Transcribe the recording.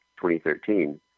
2013